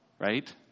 right